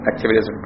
Activities